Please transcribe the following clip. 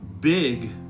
big